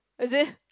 is it